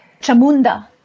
Chamunda